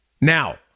Now